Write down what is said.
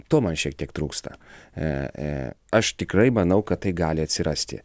to man šiek tiek trūksta e aš tikrai manau kad tai gali atsirasti